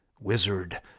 Wizard